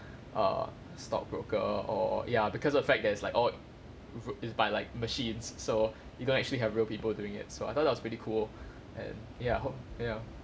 err stockbroker or ya because the fact that it's like oh ro~ it's by like machines so you don't actually have real people doing it so I thought it was pretty cool and ya hope ya